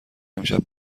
امشب